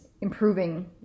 improving